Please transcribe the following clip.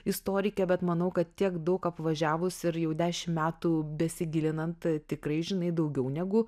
istorikė bet manau kad tiek daug apvažiavus ir jau dešim metų besigilinant tikrai žinai daugiau negu